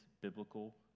biblical